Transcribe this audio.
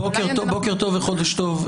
בוקר טוב וחודש טוב,